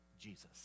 Jesus